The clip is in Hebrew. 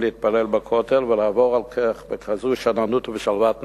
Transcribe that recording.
להתפלל בכותל ולעבור על כך בכזו שאננות ובשלוות נפש?